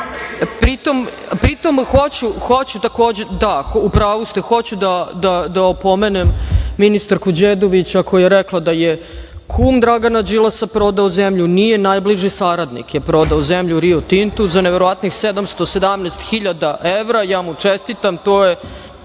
ima 170 godina, ali pri tom hoću da opomenem ministarku Đedović ako je rekla da je kum Dragana Đilasa prodao zemlju, nije, najbliži saradnik je prodao zemlju „Rio Tintu“ za neverovatnih 717.000 evra. Ja mu čestitam. To je